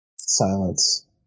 Silence